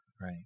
Right